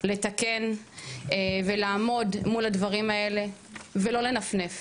לתקן ולעמוד מול הדברים האלה ולא לנפנף,